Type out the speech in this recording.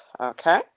Okay